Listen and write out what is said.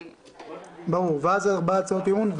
ואז הצעות האי-אמון,